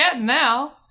now